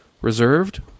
reserved